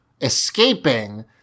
escaping